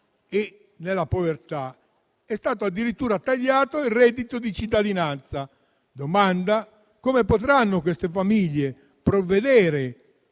e nella povertà è stato addirittura tagliato il reddito di cittadinanza. Domando quindi: come potranno queste famiglie provvedere